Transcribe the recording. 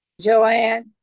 joanne